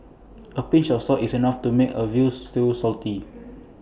A pinch of salt is enough to make A Veal Stew